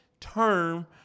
term